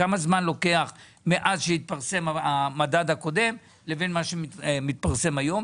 כמה זמן לוקח מאז שהתפרסם המדד הקודם לבין מה שמתפרסם היום,